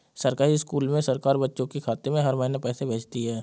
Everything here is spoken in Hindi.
सरकारी स्कूल में सरकार बच्चों के खाते में हर महीने पैसे भेजती है